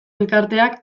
elkarteak